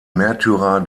märtyrer